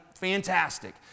fantastic